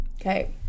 Okay